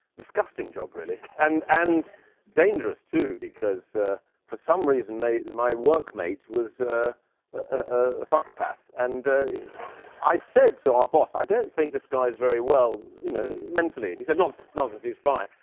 disgusting job, really. and and dangerous too, because for some reason, my work mate was a psychopath. and i said to boss, i don't think this guy's very well, you know, mentally. and he said, nonsense, nonsense. he's fine.